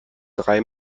drei